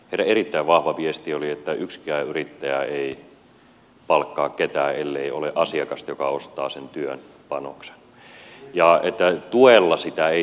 heidän erittäin vahva viestinsä oli että yksikään yrittäjä ei palkkaa ketään ellei ole asiakasta joka ostaa sen työn panoksen ja että tuella sitä ei tehdä